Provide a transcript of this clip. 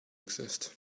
exist